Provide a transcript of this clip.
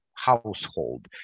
household